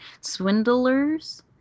swindlers